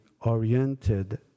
oriented